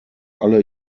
alle